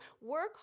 work